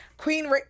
Queen